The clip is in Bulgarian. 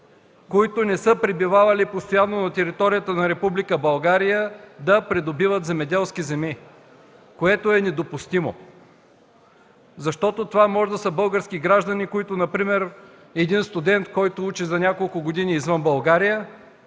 които не са пребивавали постоянно на територията на Република България, да придобиват земеделски земи, което е недопустимо! Това може да са български граждани, като например един студент, който учи няколко години извън България.